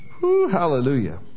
hallelujah